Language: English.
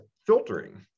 filtering